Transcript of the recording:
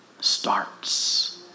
starts